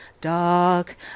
dark